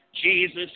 Jesus